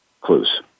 clues